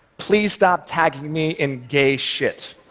please stop tagging me in gay shit.